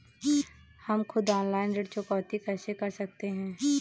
हम खुद ऑनलाइन ऋण चुकौती कैसे कर सकते हैं?